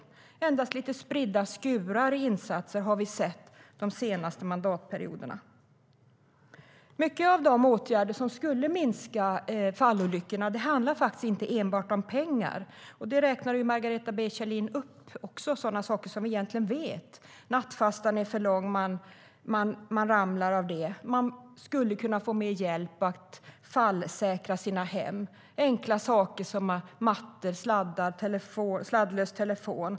Vi har endast sett spridda skurar av insatser de senaste mandatperioderna. Många av de åtgärder som skulle minska fallolyckorna handlar inte enbart om pengar. Margareta B Kjellin räknar också upp sådana åtgärder. Det är saker som vi egentligen vet. Nattfastan är för lång; man ramlar av det. Man skulle kunna få mer hjälp att fallsäkra sitt hem. Det kan gälla enkla saker som mattor, sladdar och sladdlös telefon.